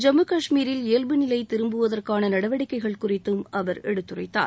ஜம்மு காஷ்மீரில் இயல்பு நிலை திரும்புவதற்கான நடவடிக்கைகள் குறித்தும் அவர் எடுத்துரைத்தார்